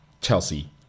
Chelsea